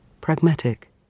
pragmatic